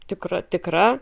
tikra tikra